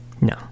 no